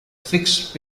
fixed